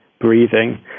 breathing